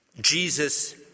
Jesus